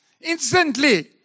instantly